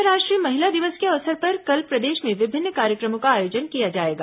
अंतर्राष्ट्रीय महिला दिवस के अवसर पर कल प्रदेश में विभिन्न कार्यक्रमों का आयोजन किया जाएगा